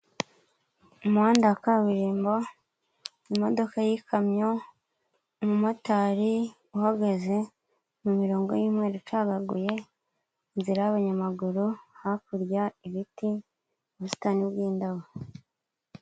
Umuhanda wa kaburimbo, imodoka y'ikamyo, umumotari uhagaze mu mirongo y'umweru icagaguye, inzira y'abanyamaguru, hakurya ibiti, ubusitani bw'indabo.